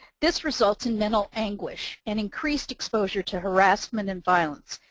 this results in mental anguish, and increased exposure to harassment and violence,